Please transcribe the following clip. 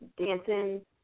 Dancing